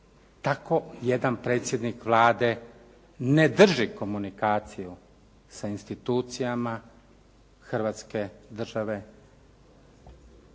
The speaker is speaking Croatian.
Tako jedan predsjednik Vlade ne drži komunikaciju sa institucijama Hrvatske države,